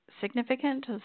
significant